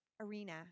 arena